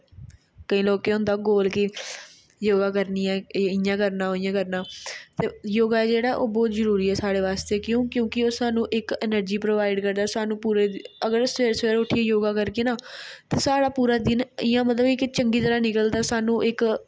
केईं लोके गी होंदा गोल कि योगा करनी ऐ इ'यां करना उ'आं करना योगा जेह्ड़ा ऐ ओह् बहूत जरुरी ऐ साढ़े आस्तै क्यों क्योकि ओह् सानूं इक इनर्जी प्रोवाइड करदा सानूं पुरे अगर सवेरे सवेरे उट्ठियै योगा करगे ना ते साढ़ा पुरा दिन इ'यां मतलब इक चंगी तरह निकली जाना सानूं इक